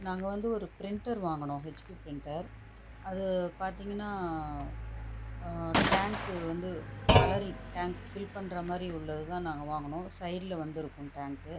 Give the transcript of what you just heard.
நாங்கள் வந்து ஒரு பிரிண்டர் வாங்குனோம் ஹெச்பி பிரிண்டர் அது பார்த்தீங்கன்னா டேங்க்கு வந்து கலரிங் டேங்க் ஃபீல் பண்ணுற மாதிரி உள்ளது தான் நாங்கள் வாங்குனோம் சைடில் வந்து இருக்குது டேங்க்கு